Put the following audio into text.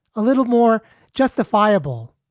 a little more justifiable,